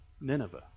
Nineveh